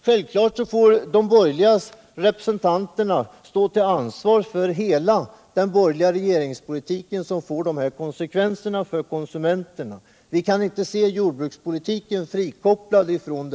Självklart får de borgerliga representanterna stå till svars för hela den borgerliga regeringspolitiken, som får dessa konsekvenser för konsumenterna. Man kan inte se jordbrukspolitiken frikopplad.